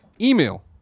email